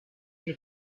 you